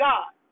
God